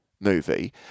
movie